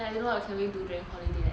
I didn't know what can we do during holiday